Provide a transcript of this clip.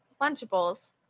Lunchables